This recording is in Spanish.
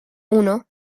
uno